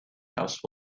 house